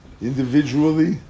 individually